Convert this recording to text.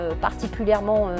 particulièrement